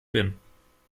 bin